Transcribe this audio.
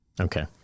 Okay